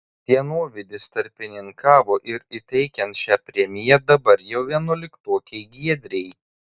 dienovidis tarpininkavo ir įteikiant šią premiją dabar jau vienuoliktokei giedrei